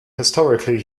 historically